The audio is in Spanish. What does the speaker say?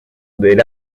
del